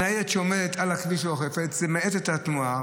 כשניידת עומדת על הכביש, זה מאט את התנועה.